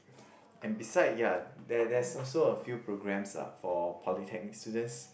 and beside ya there there's also a few programmes are for polytechnic students